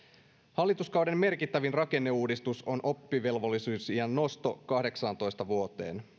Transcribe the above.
hallituskauden merkittävin rakenneuudistus on oppivelvollisuusiän nosto kahdeksaantoista vuoteen